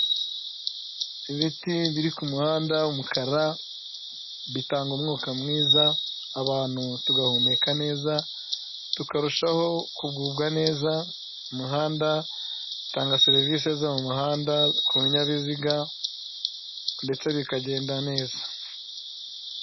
Ibiti biri ku muhanda umukara bitanga umwuka mwiza, abantu tugahumeka neza tukarushaho kugubwa neza umuhanda utanga serivisi zo mu muhanda ku binyabiziga ndetse bikagenda neza.